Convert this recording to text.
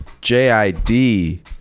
J-I-D